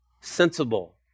sensible